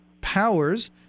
powers